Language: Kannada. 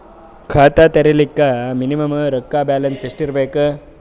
ಖಾತಾ ತೇರಿಲಿಕ ಮಿನಿಮಮ ರೊಕ್ಕ ಬ್ಯಾಲೆನ್ಸ್ ಎಷ್ಟ ಇರಬೇಕು?